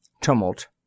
Tumult